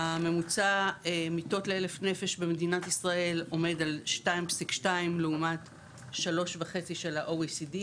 הממוצע מיטות לאלף נפש במדינת ישראל עומד על 2.2 לעומת 3.5 של ה-OECD ,